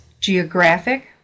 geographic